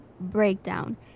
breakdown